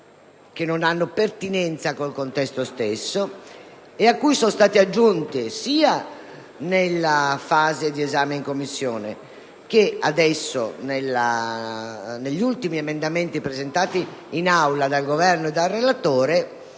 norme non pertinenti con il contesto, a cui sono state aggiunte, sia nella fase di esame in Commissione che con gli ultimi emendamenti presentati in Aula dal Governo e dal relatore,